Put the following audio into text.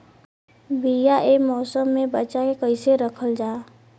बीया ए मौसम में बचा के कइसे रखल जा?